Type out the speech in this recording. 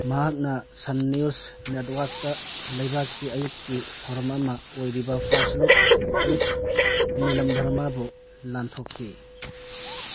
ꯃꯍꯥꯛꯅ Sun News ꯅꯦꯠꯋꯥꯛꯇ ꯂꯩꯕꯥꯛꯀꯤ ꯑꯌꯨꯛꯀꯤ ꯊꯧꯔꯝ ꯑꯃ ꯑꯣꯏꯔꯤꯕ ꯐꯥꯁ ꯂꯨꯛ ꯋꯤꯠ ꯅꯤꯂꯝꯕꯔꯃꯥꯕꯨ ꯂꯥꯟꯊꯣꯛꯈꯤ